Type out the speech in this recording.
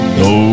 no